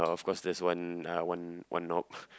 (uh)of course there's one uh one one knob